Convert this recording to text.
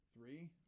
Three